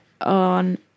on